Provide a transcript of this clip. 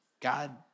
God